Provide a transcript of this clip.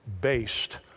based